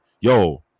yo